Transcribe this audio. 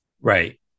Right